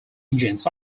engines